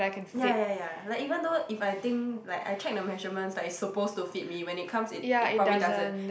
ya ya ya like even though if I think like I check the measurements like it suppose to fit me when it comes it it probably doesn't